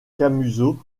camusot